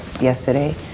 yesterday